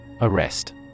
Arrest